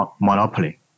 monopoly